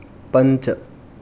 पञ्च